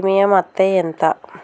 Premium అత్తే ఎంత?